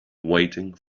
waiting